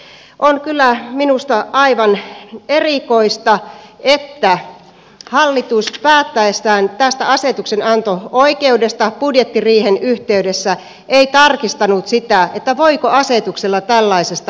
minusta on kyllä aivan erikoista että hallitus päättäessään tästä asetuksenanto oikeudesta budjettiriihen yhteydessä ei tarkistanut sitä voiko asetuksella tällaisesta asiasta säätää